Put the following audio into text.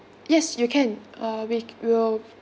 yes you can uh we will